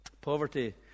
Poverty